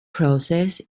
process